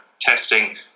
testing